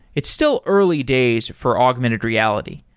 it's still early days for augmented reality.